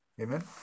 Amen